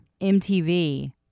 MTV